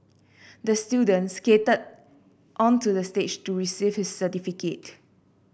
the student skated onto the stage to receive his certificate